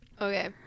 Okay